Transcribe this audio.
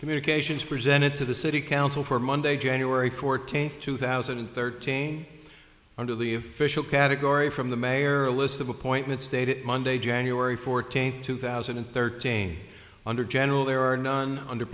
communications presented to the city council for monday january fourteenth two thousand and thirteen under the of fishel category from the mayor a list of appointments stated monday january fourteenth two thousand and thirteen under general there are none under